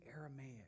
Aramaic